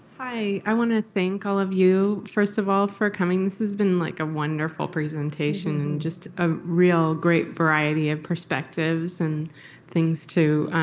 i wanna thank all of you, first of all, for coming. this has been like a wonderful presentation, just a real great variety of perspectives and things to